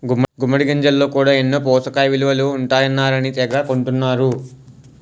గుమ్మిడి గింజల్లో కూడా ఎన్నో పోసకయిలువలు ఉంటాయన్నారని తెగ కొంటన్నరు